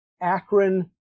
Akron